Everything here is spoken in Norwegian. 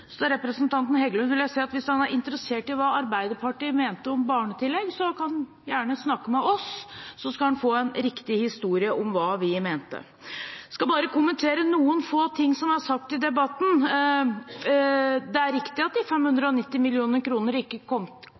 så skal han få en riktig historie om hva vi mente. Jeg vil kommentere noen få ting som er sagt i debatten. Det er riktig at de 590 mill. kr ikke